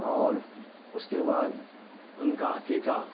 اور اس کے بعد ان کا عقیقہ